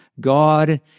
God